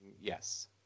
yes